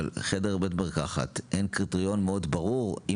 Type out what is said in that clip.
אבל בחדר בית מרקחת אין קריטריון מאוד ברור אם